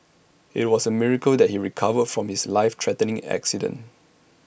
IT was A miracle that he recovered from his life threatening accident